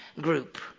group